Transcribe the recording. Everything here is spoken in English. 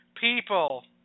people